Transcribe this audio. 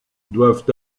doivent